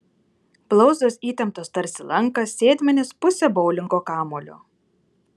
blauzdos įtemptos tarsi lankas sėdmenys pusė boulingo kamuolio